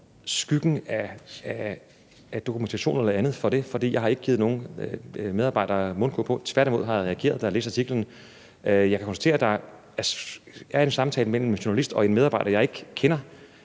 skygge af dokumentation eller andet for det. For jeg har ikke givet nogen medarbejdere mundkurv på – tværtimod har jeg reageret, da jeg læste artiklen. Jeg kan konstatere, at der er en samtale mellem en journalist og en medarbejder, jeg ikke kender,